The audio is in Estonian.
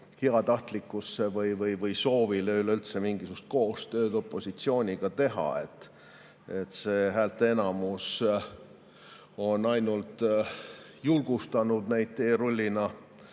heatahtlikkust või soovi üleüldse mingisugust koostööd opositsiooniga teha. See häälteenamus on ainult julgustanud neid teerullina